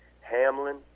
Hamlin